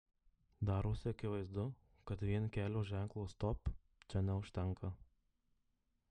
darosi akivaizdu kad vien kelio ženklo stop čia neužtenka